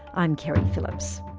i'm keri phillips